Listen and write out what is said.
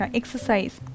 exercise